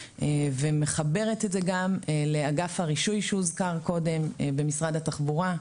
ומחברת את זה גם לאגף הרישוי שהוזכר קודם במשרד התחבורה,